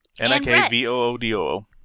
N-I-K-V-O-O-D-O-O